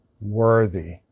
worthy